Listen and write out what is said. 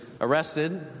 arrested